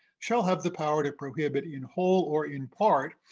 shall have the power to prohibit, in whole or in part,